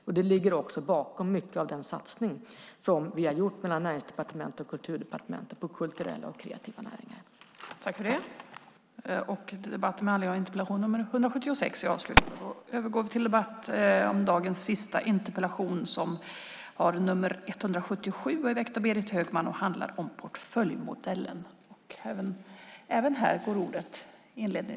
Detta ligger också bakom mycket av den satsning som vi har gjort mellan Närings och Kulturdepartementen på kulturella och kreativa näringar.